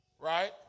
Right